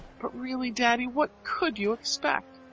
but really, daddy, what could you expect?